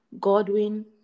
Godwin